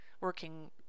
working